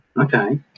okay